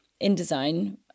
InDesign